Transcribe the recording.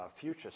future